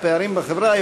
הפערים בחברה,